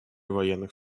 военных